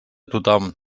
tothom